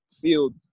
field